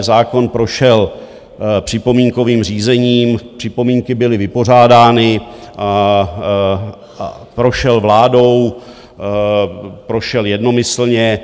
Zákon prošel připomínkovým řízením, připomínky byly vypořádány, prošel vládou, prošel jednomyslně.